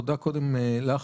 תודה קודם לך,